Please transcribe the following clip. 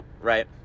right